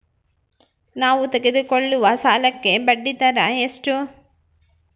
ನಾವು ತೆಗೆದುಕೊಳ್ಳುವ ಸಾಲಕ್ಕೆ ಬಡ್ಡಿದರ ಎಷ್ಟು?